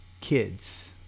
kids